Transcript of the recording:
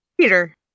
Peter